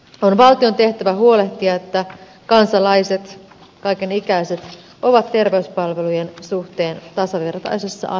on valtion tehtävä huolehtia että kansalaiset kaiken ikäiset ovat terveyspalvelujen suhteen tasavertaisessa asemassa